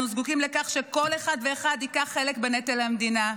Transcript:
אנחנו זקוקים לכך שכל אחד ואחד ייקח חלק בנטל של המדינה.